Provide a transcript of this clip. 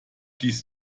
dies